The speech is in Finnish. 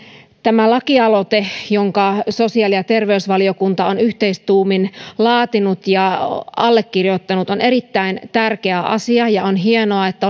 tämä lakialoite jonka sosiaali ja terveysvaliokunta on yhteistuumin laatinut ja allekirjoittanut on erittäin tärkeä asia on hienoa että